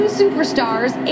superstars